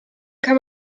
kann